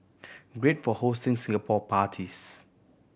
great for hosting Singapore parties